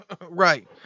right